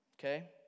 okay